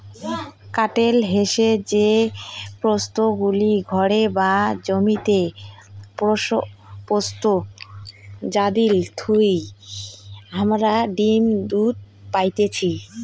কাটেল হসে যে পশুগুলি ঘরে বা জমিতে পোষ্য পশু যাদির থুই হামারা ডিম দুধ পাইতেছি